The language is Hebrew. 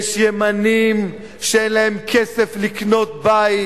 יש ימנים שאין להם כסף לקנות בית.